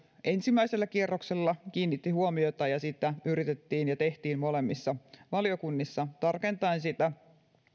ensimmäisellä kierroksella kiinnitti huomiota ja sitä yritettiin ja tehtiin molemmissa valiokunnissa tarkentaen sitä